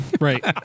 Right